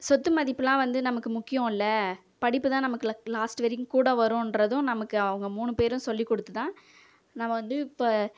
சொத்து மதிப்புலாம் வந்து நமக்கு முக்கியமில்ல படிப்பு தான் நமக்கு லாஸ்ட் வரைக்கும் கூட வரும்ன்றதும் நமக்கு அவங்க மூணு பேரும் சொல்லிக் கொடுத்து தான் நாம் வந்து இப்போ